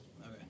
Okay